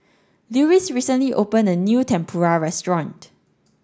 Lewis recently opened a new Tempura restaurant